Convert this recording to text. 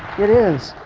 it is.